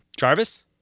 Jarvis